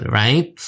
right